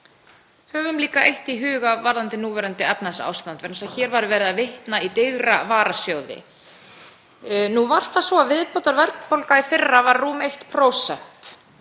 Höfum líka eitt í huga varðandi núverandi efnahagsástand vegna þess að hér var verið að vitna í digra varasjóði. Nú var það svo að viðbótarverðbólga í fyrra var rúmt 1%, þ.e.